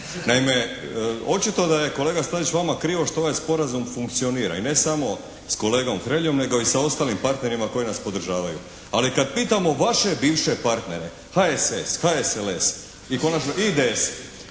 Naime, očito da je kolega Stazić vama krivo što ovaj sporazum funkcionira i ne samo sa kolegom Hreljom nego i sa ostalim partnerima koji nas podržavaju. Ali kad pitamo vaše bivše partnere HSS, HSLS i konačno IDS